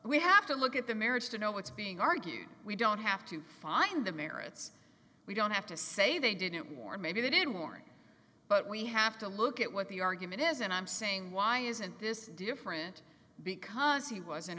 we have to look at the marriage to know what's being argued we don't have to find the merits we don't have to say they didn't more maybe they did warn but we have to look at what the argument is and i'm saying why isn't this different because he was an